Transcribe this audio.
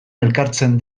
elkartzen